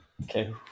Okay